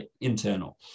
internal